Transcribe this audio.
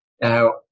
now